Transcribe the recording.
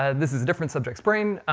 and this is a different subject's brain.